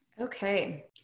okay